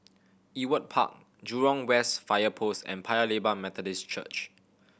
Ewart Park Jurong West Fire Post and Paya Lebar Methodist Church